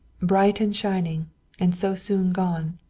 bright and shining and so soon gone.